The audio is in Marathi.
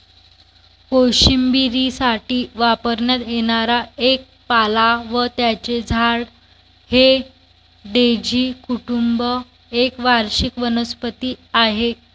कोशिंबिरीसाठी वापरण्यात येणारा एक पाला व त्याचे झाड हे डेझी कुटुंब एक वार्षिक वनस्पती आहे